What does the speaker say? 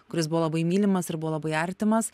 kuris buvo labai mylimas ir buvo labai artimas